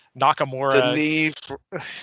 Nakamura